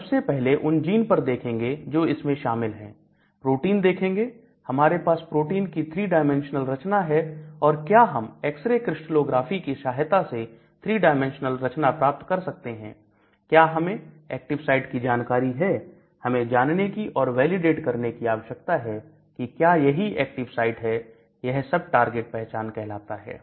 हम सबसे पहले उस जीन पर देखेंगे जो इसमें शामिल है प्रोटीन देखेंगे हमारे पास प्रोटीन की 3 डाइमेंशनल रचना है और क्या हम एक्स रे क्रिस्टलोग्राफी की सहायता से 3 डाइमेंशनल रचना प्राप्त कर सकते हैं क्या हमें एक्टिव साइट की जानकारी है हमें जानने की और वैलिडेट करने की आवश्यकता है की क्या यही एक्टिव साइट है यह सब टारगेट पहचान कहलाता है